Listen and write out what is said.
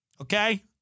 Okay